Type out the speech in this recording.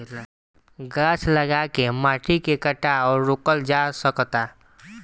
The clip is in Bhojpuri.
गाछ लगा के माटी के कटाव रोकल जा सकता